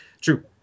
true